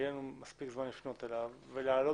יהיה לנו מספיק זמן לפנות אליו ולהעלות